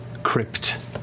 Crypt